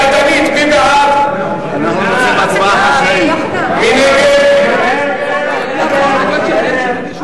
אני אצביע עליהן אלקטרונית או ידנית?